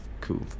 Cool